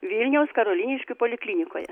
vilniaus karoliniškių poliklinikoje